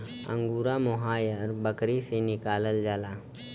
angora mohair बकरी से निकालल जाला